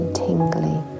tingly